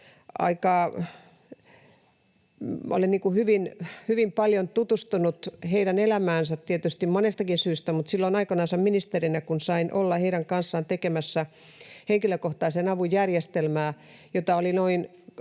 olen hyvin paljon tutustunut heidän elämäänsä, tietysti monestakin syystä, mutta silloin aikoinansa ministerinä sain olla heidän kanssaan tekemässä henkilökohtaisen avun järjestelmää, jota oli